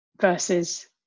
versus